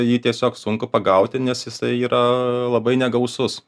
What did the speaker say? jį tiesiog sunku pagauti nes jisai yra labai negausus